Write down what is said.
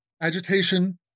agitation